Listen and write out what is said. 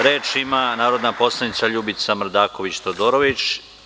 Reč ima narodna poslanica Ljubica Mrdaković Todorović.